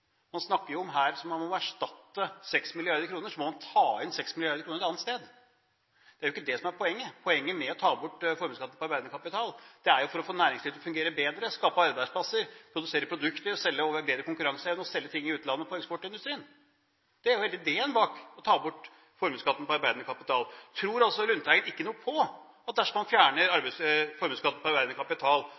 Man snakker her som om man må erstatte 6 mrd. kr, som om man må ta inn 6 mrd. kr et annet sted. Det er ikke det som er poenget. Poenget med å ta bort formuesskatten på arbeidende kapital er å få næringslivet til å fungere bedre, skape arbeidsplasser, produsere produkter, bedre konkurranseevnen og selge ting i utlandet for eksportindustrien. Det er hele ideen bak å ta bort formuesskatten på arbeidende kapital. Tror altså Lundteigen ikke noe på at dersom man fjerner formuesskatten på arbeidende kapital,